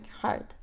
hard